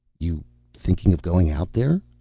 you thinking of going out there?